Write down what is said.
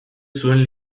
zuen